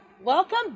welcome